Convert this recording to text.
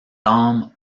âme